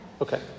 Okay